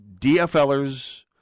DFLers